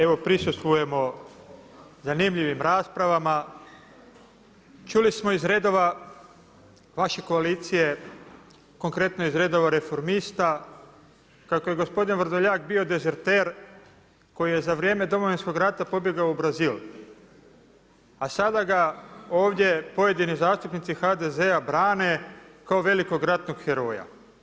Evo prisustvujemo zanimljivim raspravama, čuli smo iz redova vaše koalicije, konkretno iz redova Reformista, kako je gospodin Vrdoljak bio dezerter, koji je za vrijeme Domovinskog rata, pobjegao u Brazil, a sada ga ovdje pojedini zastupnici HDZ-a brane kao velikog ratnog heroja.